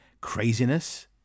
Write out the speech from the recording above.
craziness